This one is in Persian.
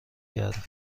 کردن